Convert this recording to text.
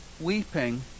weeping